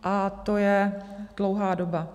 A to je dlouhá doba.